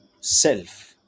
self